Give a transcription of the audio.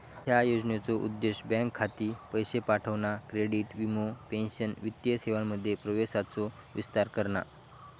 ह्या योजनेचो उद्देश बँक खाती, पैशे पाठवणा, क्रेडिट, वीमो, पेंशन वित्तीय सेवांमध्ये प्रवेशाचो विस्तार करणा